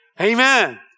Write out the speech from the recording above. Amen